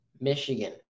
Michigan